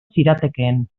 ziratekeen